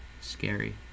scary